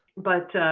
but